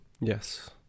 yes